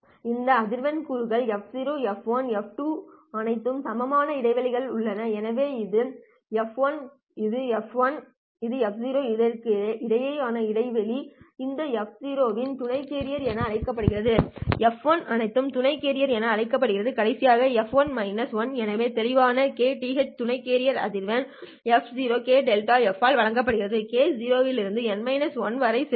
இந்த அதிர்வெண் கூறுகள் f0 f1 f2 அனைத்தும் சமமாக இடைவெளியில் உள்ளன எனவே இது f0 இது f1 அவற்றுக்கிடையேயான இடைவெளி இந்த f0 இன் துணை கேரியர் என அழைக்கப்படுகிறது f1 அனைத்தும் துணைக் கேரியர்கள் என அழைக்கப்படுகின்றன கடைசியாக fn 1 எனவே தெளிவாக kth துணைக் கேரியர் அதிர்வெண் f0 k∆f ஆல் வழங்கப்படுகிறது k 0 இலிருந்து N 1 வரை செல்லும்